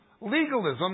Legalism